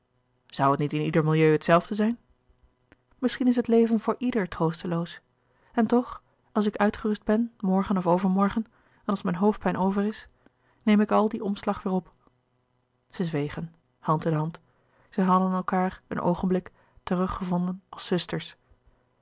zoû het niet in ieder milieu het zelfde zijn misschien is het leven voor ieder troosteloos en toch als ik uitgerust ben morgen of overmorgen en als mijn hoofdpijn over is neem ik al dien omslag weêr op zij zwegen hand in hand zij hadden elkaâr een oogenblik teruggevonden als zusters